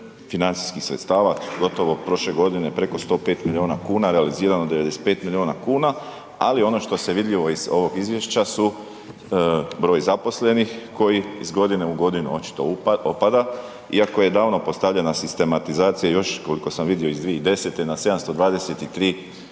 financijskih sredstava, gotovo prošle godine preko 105 milijuna kuna realizirano 95 milijuna kuna ali ono što je vidljivo iz ovog izvješća su broj zaposlenih koji iz godine u godinu očito opada iako je davno postavljena sistematizacija još koliko sam vidio iz 2010. na 723 osobe